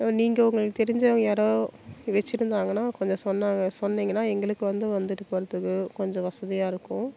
நீங்கள் உங்களுக்கு தெரிஞ்சவங்க யாரும் வெச்சுருந்தாங்கன்னா கொஞ்சம் சொன்னாங்க சொன்னிங்கன்னா எங்களுக்கு வந்து வந்துட்டு போகிறத்துக்கு கொஞ்சம் வசதியாக இருக்கும்